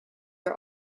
are